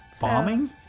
bombing